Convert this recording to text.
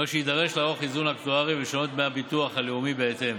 הרי שיידרש לערוך איזון אקטוארי ולשנות את דמי הביטוח הלאומי בהתאם,